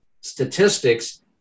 statistics